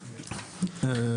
בבקשה.